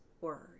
word